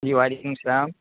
جی وعلیکم السلام